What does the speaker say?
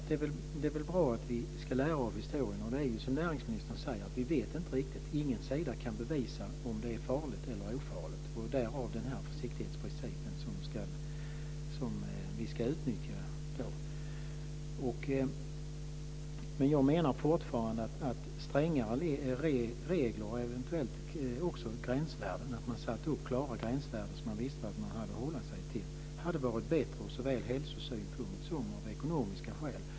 Fru talman! Det är bra att vi ska lära av historien. Det är som näringsministern säger, vi vet inte riktigt. Ingen sida kan bevisa om det är farligt eller ofarligt. Därför ska vi utnyttja försiktighetsprincipen. Jag menar fortfarande att strängare regler och eventuellt gränsvärden hade varit bättre av såväl hälsoskäl som ekonomiska skäl. Vi borde sätta upp klara gränsvärden så att man visste vad man hade att hålla sig till.